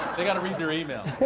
they've got to read your email.